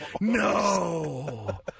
No